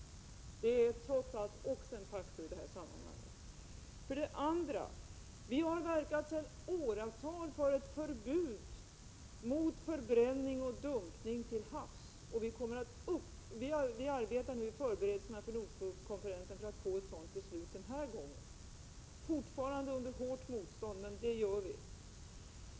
Det är trots allt också en faktor i det här sammanhanget. För det andra: Vi har sedan åratal tillbaka verkat för ett förbud mot förbränning och dumpning till havs, och vi arbetar nu med förberedelserna för Nordsjökonferensen för att få ett sådant beslut den här gången, fortfarande dock under hårt motstånd.